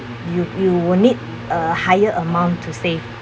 you you will need a higher amount to save